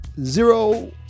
zero